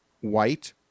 white